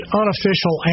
unofficial